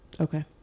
Okay